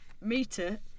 meter